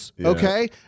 okay